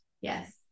Yes